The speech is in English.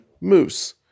Moose